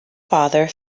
father